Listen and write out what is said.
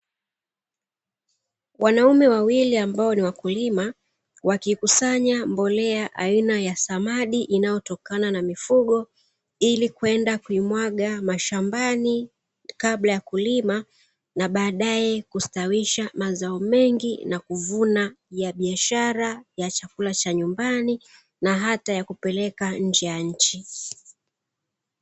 Wanaume wawili ambao ni wakulima, wakikusanya mbolea aina ya samadi inayotokana na mifugo, ili kwenda kuimwaga mashambani kabla ya kulima na baadae kustawisha mazao mengi na kuvuna ya biashara, ya chakula cha nyumbani na hata kupeleka nje ya nchi.